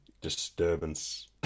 disturbance